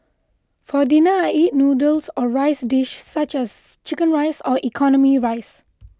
for dinner I eat noodles or rice dish such as Chicken Rice or economy rice